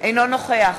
אינו נוכח